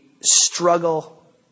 struggle